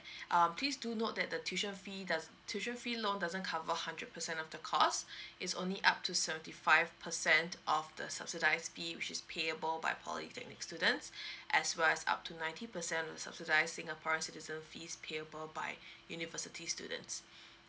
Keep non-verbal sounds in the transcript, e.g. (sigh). um please do note that the tuition fee does tuition fee loan doesn't cover hundred percent of the cost (breath) it's only up to seventy five percent of the subsidised fee which is payable by polytechnic students (breath) as well as up to ninety percent of subsidised singaporeans citizen fees payable by university students